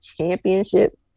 championship